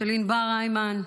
של ענבר הימן,